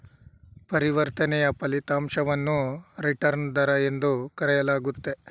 ಪರಿವರ್ತನೆಯ ಫಲಿತಾಂಶವನ್ನು ರಿಟರ್ನ್ ದರ ಎಂದು ಕರೆಯಲಾಗುತ್ತೆ